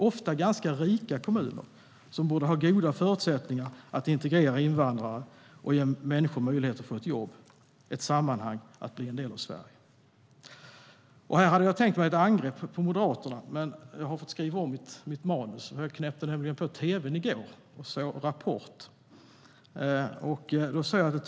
Det är ofta ganska rika kommuner som borde ha goda förutsättningar att integrera invandrare och ge dem jobb, ett sammanhang och en möjlighet att bli en del av Sverige..